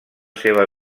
seva